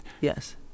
Yes